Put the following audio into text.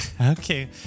Okay